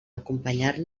acompanyar